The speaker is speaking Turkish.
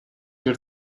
bir